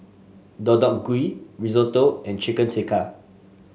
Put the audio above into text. Deodeok Gui Risotto and Chicken Tikka